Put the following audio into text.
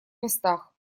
местах